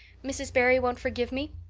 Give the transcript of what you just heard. mrs. barry won't forgive me?